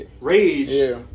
rage